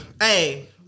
Hey